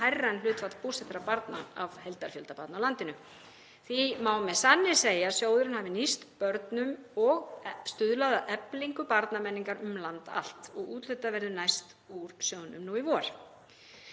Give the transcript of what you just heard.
hærra en hlutfall búsettra barna af heildarfjölda barna í landinu. Því má með sanni segja að sjóðurinn hafi nýst börnum og stuðlað að eflingu barnamenningar um land allt. Úthlutað verður næst úr sjóðnum nú í vor.